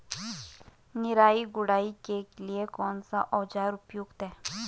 निराई गुड़ाई के लिए कौन सा औज़ार उपयुक्त है?